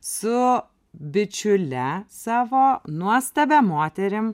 su bičiule savo nuostabia moterim